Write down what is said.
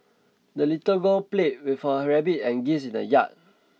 the little girl played with her rabbit and geese in the yard